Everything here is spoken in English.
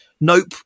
Nope